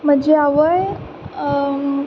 म्हजी आवय